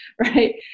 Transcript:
right